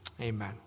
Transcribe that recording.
Amen